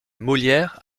molière